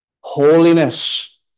holiness